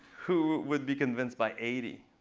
who would be convinced by eighty?